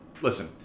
listen